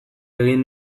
egin